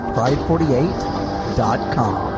Pride48.com